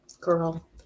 girl